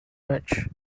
match